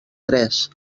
tres